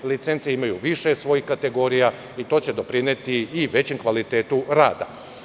Licence imaju više svojih kategorija i to će doprineti i većem kvaliteta rada.